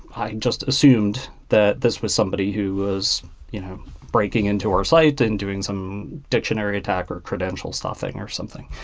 i just assumed that this was somebody who was breaking into our site and doing some dictionary attack or credential stuffing or something.